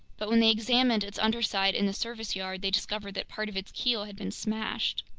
but when they examined its undersides in the service yard, they discovered that part of its keel had been smashed.